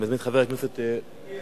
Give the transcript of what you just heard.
אני מזמין את חבר הכנסת, הגיע.